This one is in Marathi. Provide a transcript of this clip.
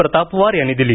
प्रतापवार यांनी दिली